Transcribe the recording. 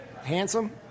handsome